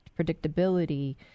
predictability